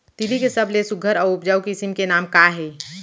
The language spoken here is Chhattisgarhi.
तिलि के सबले सुघ्घर अऊ उपजाऊ किसिम के नाम का हे?